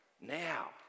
now